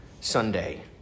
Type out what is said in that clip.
Sunday